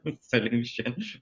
solution